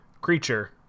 creature